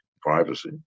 privacy